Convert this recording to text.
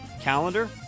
calendar